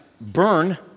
burn